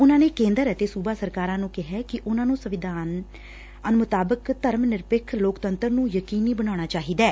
ਉਨਾਂ ਨੇ ਕੇ'ਦਰ ਅਤੇ ਸੁਬਾ ਸਰਕਾਰ ਨੂੰ ਕਿਹੈ ਕਿ ਉਨਾਂ ਨੂੰ ਸੰਵਿਧਾਨ ਮੁਤਾਬਿਕ ਧਰਮ ਨਿਰਪੱਖ ਲੋਕਤੰਤਰ ਨੂੰ ਯਕੀਨੀ ਬਣਾਉਣਾ ਚਾਹੀਦੈ